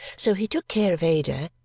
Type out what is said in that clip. so he took care of ada,